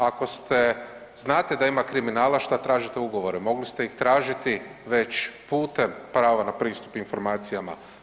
Ako ste, znate da ima kriminala šta tražite ugovore, mogli ste ih tražiti već putem prava na pristup informacijama.